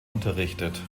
unterrichtet